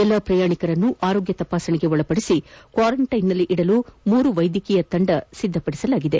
ಎಲ್ಲಾ ಪ್ರಯಾಣಿಕರನ್ನು ಆರೋಗ್ಯ ತಪಾಸಣೆಗೆ ಒಳಪಡಿಸಿ ಕ್ವಾರಂಟೈನ್ನಲ್ಲಿದಲು ಮೂರು ವೈದ್ಯಕೀಯ ತಂಡ ಸಿದ್ದಪದಿಸಲಾಗಿದೆ